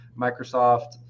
Microsoft